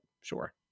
sure